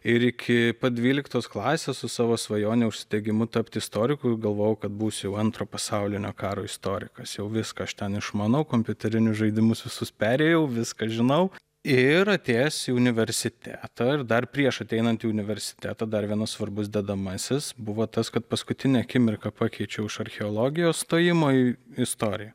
ir iki dvyliktos klasės su savo svajone užsidegimu tapti istoriku galvojau kad būsiu jau antro pasaulinio karo istorikas jau viską aš ten išmanau kompiuterinius žaidimus visus perėjau viską žinau ir atėjęs į universitetą ir dar prieš ateinant į universitetą dar vienas svarbus dedamasis buvo tas kad paskutinę akimirką pakeičiau iš archeologijos stojimo į istoriją